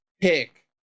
pick